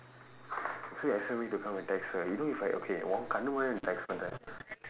so you expect me to come and text her ah you know if I okay உன் கண்ணு முன்னாடி தானே நீ:un kannu munnaadi thaanee nii text பண்ணுறே:pannuree